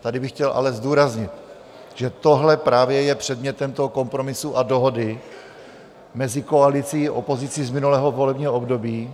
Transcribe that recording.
Tady bych ale chtěl zdůraznit, že tohle právě je předmětem toho kompromisu a dohody mezi koalicí a opozicí z minulého volebního období.